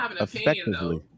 effectively